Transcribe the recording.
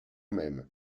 même